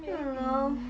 !walao!